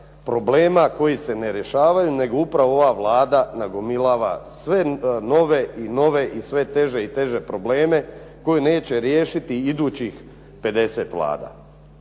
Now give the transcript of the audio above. problema koji se ne rješavaju nego upravo ova Vlada nagomilava sve nove i nove i sve teže i teže probleme koje neće riješiti idućih 50 Vlada.